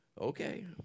okay